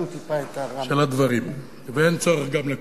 של הדברים, ואין צורך גם לקום.